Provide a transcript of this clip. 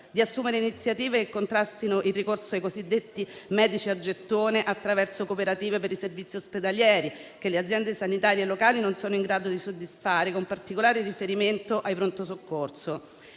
di assumere iniziative che contrastino il ricorso ai cosiddetti medici a gettone attraverso cooperative per i servizi ospedalieri che le aziende sanitarie locali non sono in grado di soddisfare, con particolare riferimento ai pronto soccorso.